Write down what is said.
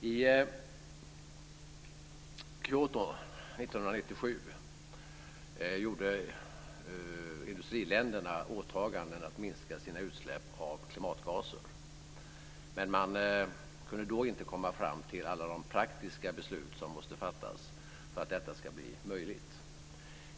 I Kyoto 1997 gjorde industriländerna åtaganden att minska sina utsläpp av klimatpåverkande gaser. Men man kunde då inte komma fram till alla de praktiska beslut som måste fattas för att detta ska bli möjligt.